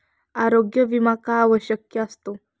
आरोग्य विमा का आवश्यक असतो?